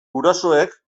gurasoek